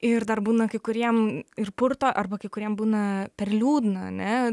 ir dar būna kai kuriem ir purto arba kai kuriem būna per liūdna ne